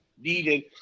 needed